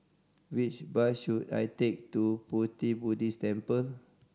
which bus should I take to Pu Ti Buddhist Temple